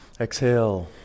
Exhale